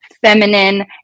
feminine